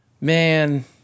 man